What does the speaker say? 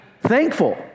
thankful